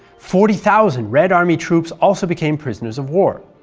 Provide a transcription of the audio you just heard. forty thousand red army troops also became prisoners of war.